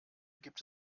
gibt